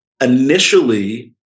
Initially